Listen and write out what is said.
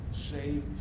shape